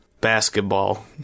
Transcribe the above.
Basketball